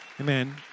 Amen